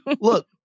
look